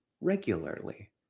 regularly